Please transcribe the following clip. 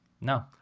no